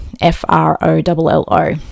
F-R-O-L-L-O